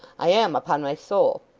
i am, upon my soul.